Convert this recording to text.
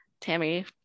Tammy